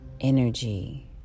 energy